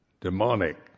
demonic